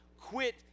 Quit